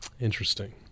Interesting